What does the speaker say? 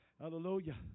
Hallelujah